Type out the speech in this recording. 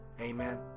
amen